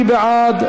מי בעד?